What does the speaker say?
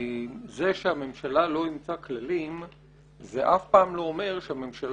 וזה שהממשלה לא אימצה כללים זה אף פעם לא אומר שהממשלה